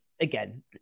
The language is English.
again